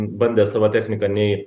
bandė savo techniką nei